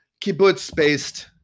kibbutz-based